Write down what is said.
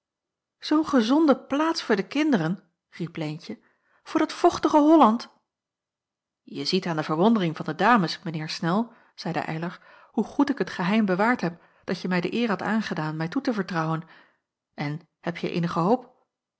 zoo'n gezonde plaats voor de kinderen riep leentje voor dat vochtige holland je ziet aan de verwondering van de dames mijn heer snel zeide eylar hoe goed ik het geheim bewaard heb dat je mij de eer hadt aangedaan mij toe te vertrouwen en heb je eenige hoop